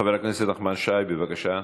חבר הכנסת נחמן שי, בבקשה.